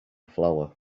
flower